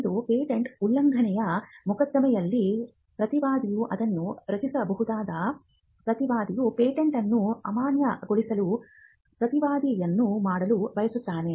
ಒಂದು ಪೇಟೆಂಟ್ ಉಲ್ಲಂಘನೆಯ ಮೊಕದ್ದಮೆಯಲ್ಲಿ ಪ್ರತಿವಾದಿಯು ಅದನ್ನು ರಚಿಸಬಹುದು ಪ್ರತಿವಾದಿಯು ಪೇಟೆಂಟ್ ಅನ್ನು ಅಮಾನ್ಯಗೊಳಿಸಲು ಪ್ರತಿವಾದವನ್ನು ಮಾಡಲು ಬಯಸುತ್ತಾನೆ